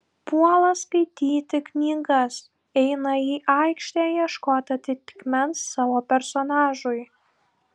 puola skaityti knygas eina į aikštę ieškot atitikmens savo personažui